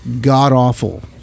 god-awful